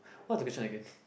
what the question I give